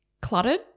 cluttered